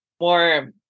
more